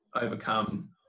overcome